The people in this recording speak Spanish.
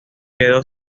quedó